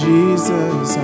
Jesus